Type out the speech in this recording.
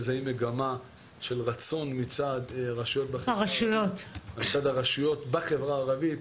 מזהים מגמה של רצון מצד הרשויות בחברה הערבית